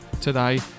today